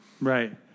Right